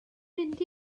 mynd